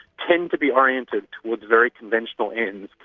tend to be oriented towards very conventional ends.